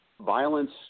violence